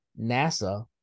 NASA